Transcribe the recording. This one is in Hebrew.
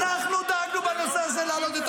אנחנו דאגנו בנושא הזה להעלות את